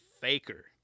faker